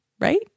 right